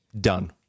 done